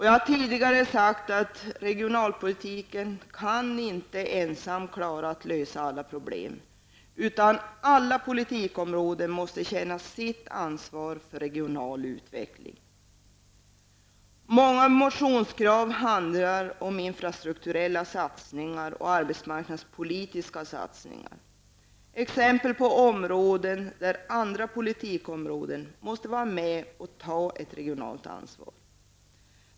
Jag har tidigare sagt att regionalpolitiken inte ensam kan klara av att lösa alla problem, utan alla politikområden måste känna sitt ansvar för regional utveckling. Många motionskrav handlar om infrastrukturella satsningar och arbetsmarknadspolitiska satsningar, vilka är exempel på att andra politikområden måste vara med och ta ett regionalt ansvar.